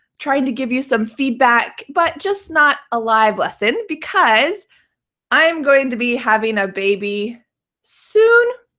trying to give you some feedback, but just not a live lesson because i'm going to be having a baby soon,